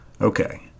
Okay